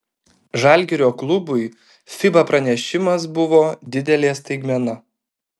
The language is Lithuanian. žalgirio klubui fiba pranešimas buvo didelė staigmena